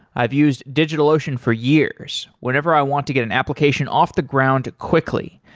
i've used digitalocean for years, whenever i want to get an application off the ground quickly.